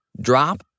drop